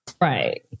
Right